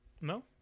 no